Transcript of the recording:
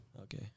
Okay